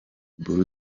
bull